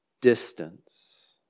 distance